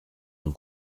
mon